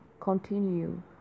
continue